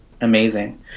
amazing